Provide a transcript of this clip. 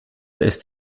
ist